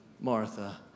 Martha